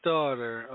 Daughter